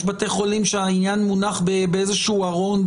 יש בתי חולים שהעניין מונח באיזה שהוא ארון,